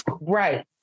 right